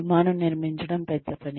విమానం నిర్మించడం పెద్ద పని